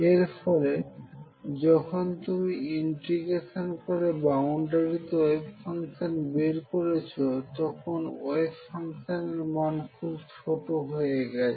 এর ফলে যখন তুমি ইন্টিগ্রেশন করে বাউন্ডারিতে ওয়েভ ফাংশন বের করছ তখন ওয়েভ ফাংশনের মান খুব ছোট হয়ে গেছে